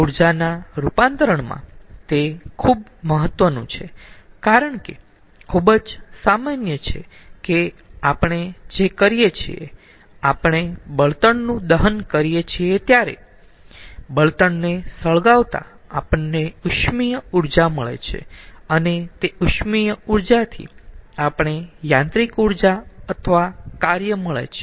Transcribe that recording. ઊર્જાના રૂપાંતરણમાં તે ખુબ મહત્વનું છે કારણ કે ખુબ જ સામાન્ય છે કે આપણે જે કરીયે છીએ આપણે બળતણનું દહન કરીયે છીએ ત્યારે બળતણને સળગાવતા આપણને ઉષ્મીય ઊર્જા મળે છે અને તે ઉષ્મીય ઊર્જાથી આપણે યાંત્રિક ઊર્જા અથવા કાર્ય મળે છે